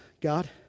God